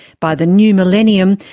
by the new millennium,